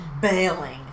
bailing